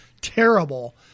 terrible